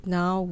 now